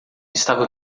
estava